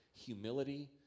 humility